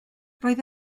roedd